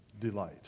delight